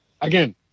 Again